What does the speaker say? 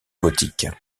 gothiques